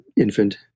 infant